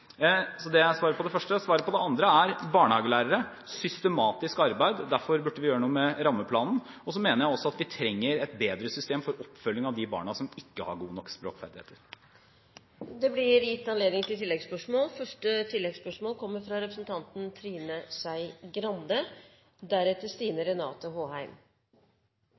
på det første. Svaret på det andre spørsmålet – om barnehagelærere – er: systematisk arbeid, og derfor burde vi gjøre noe med rammeplanen. Jeg mener også at vi trenger et bedre system for oppfølging av de barna som ikke har gode nok språkferdigheter. Det blir gitt anledning til oppfølgingsspørsmål – først fra Trine Skei Grande.